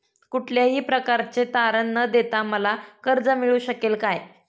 कुठल्याही प्रकारचे तारण न देता मला कर्ज मिळू शकेल काय?